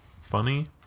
funny